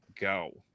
go